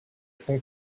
font